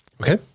Okay